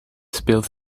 speelt